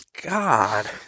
God